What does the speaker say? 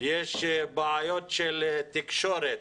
יש בעיות תקשורת